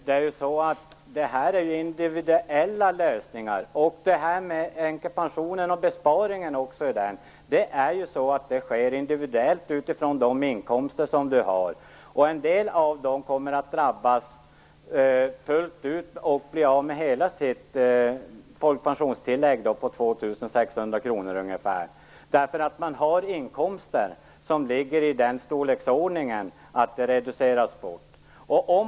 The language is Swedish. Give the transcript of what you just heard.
Fru talman! Det är ju här fråga om individuella lösningar. Också besparingarna i änkepensionen görs individuellt utifrån de inkomster som man har. En del kommer att drabbas fullt ut och bli av med hela sitt folkpensionstillägg om ungefär 2 600 kr. Det gäller sådana som har inkomster som ligger i den storleksordningen att de reduceras bort.